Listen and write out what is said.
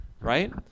right